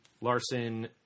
Larson